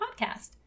podcast